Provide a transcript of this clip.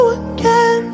again